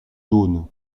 jaunes